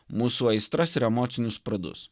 mūsų aistras ir emocinius pradus